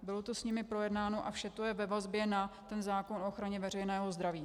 Bylo to s nimi projednáno a vše to je ve vazbě na ten zákon o ochraně veřejného zdraví.